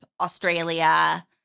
Australia